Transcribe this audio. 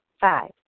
Five